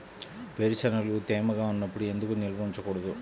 వేరుశనగలు తేమగా ఉన్నప్పుడు ఎందుకు నిల్వ ఉంచకూడదు?